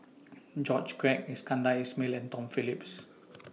George Quek Iskandar Ismail and Tom Phillips